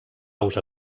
aus